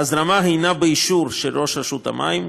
ההזרמה היא באישור ראש רשות המים,